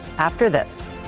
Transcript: after this.